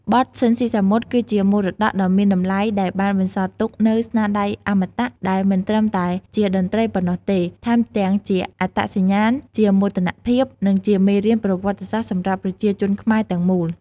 បទស៊ីន ស៊ីសាមុត គឺជាមរតកដ៏មានតម្លៃដែលបានបន្សល់ទុកនូវស្នាដៃអមតៈ ដែលមិនត្រឹមតែជាតន្ត្រីប៉ុណ្ណោះទេ ថែមទាំងជាអត្តសញ្ញាណ ជាមោទនភាព និងជាមេរៀនប្រវត្តិសាស្ត្រសម្រាប់ប្រជាជាតិខ្មែរទាំងមូល ។